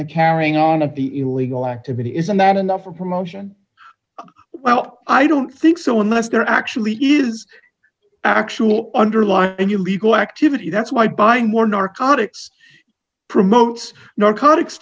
the carrying on of the illegal activity isn't that enough for promotion well i don't think so unless there actually is actual underlying in your legal activity that's why buying more narcotics promotes narcotics